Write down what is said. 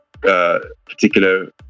particular